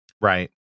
Right